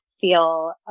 feel